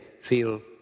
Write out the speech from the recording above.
feel